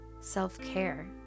self-care